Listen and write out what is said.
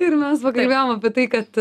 ir mes va kalbėjom apie tai kad